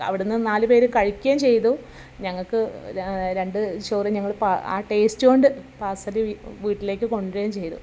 അവിടെ നിന്ന് നാലുപേർ കഴിക്കുകയും ചെയ്തു ഞങ്ങൾക്ക് രണ്ട് ചോറ് ഞങ്ങൾ ആ ടേസ്റ്റുകൊണ്ട് പാർസല് വീട്ടിലേക്ക് കൊണ്ടുവരികയും ചെയ്തു